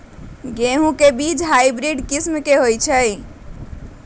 गेंहू के बीज हाइब्रिड किस्म के होई छई?